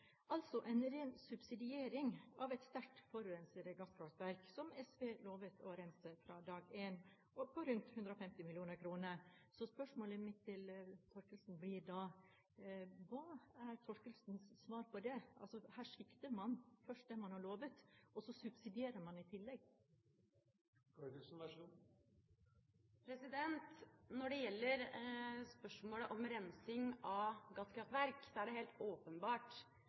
altså en ren subsidiering med rundt 150 mill. kr av et sterkt forurensende gasskraftverk som SV lovet å rense fra dag én. Spørsmålet mitt til Thorkildsen blir da: Hva er Thorkildsens svar på det? Her svikter man altså først det man har lovet, og så subsidierer man i tillegg. Når det gjelder spørsmålet om rensing av gasskraftverk, er det helt åpenbart